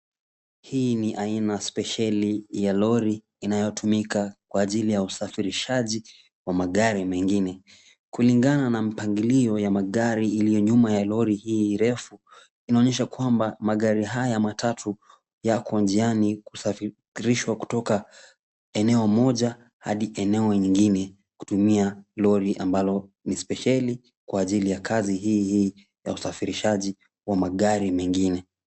Hii ni aina spesheli ya lori inayotumika kwa ajili ya usafirishaji wa magari mengine. Kulingana na mpangilo ya magari iliyo nyuma ya lori hii refu, inaonyesha kwamba magari haya matatu yako njiani kusafirishwa kutoka eneo moja hadi eneo ingine kutumia lori ambalo ni spesheli kwa ajili ya kazi hii hii ya usafirishaji wa magari mengine.